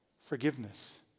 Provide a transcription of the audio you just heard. Forgiveness